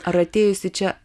ar atėjusi čia